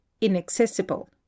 inaccessible